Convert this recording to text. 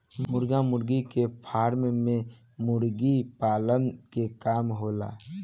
मुर्गा मुर्गी के फार्म में मुर्गी पालन के काम होला